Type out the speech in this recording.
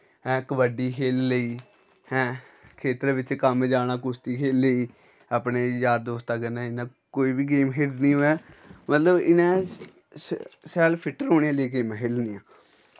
हैं कबड्डी खेल्ली लेई हैं खेत्तरे बिच्च कम्म जाना कुश्ती खेल्ली लेई अपने यार दोस्तां कन्नै इ'यां कोई बी गेम खेलनी होऐ मतलब इ'नें स शैल फिट रौह्ने आह्लियां गेमां खेलनियां